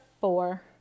four